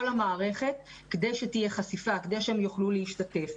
המערכת כדי שתהיה חשיפה וכדי שהן יוכלו להשתתף.